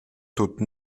tut